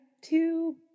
two